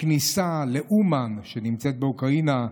הכניסה לאומן, שנמצאת באוקראינה,